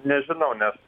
nežinau nes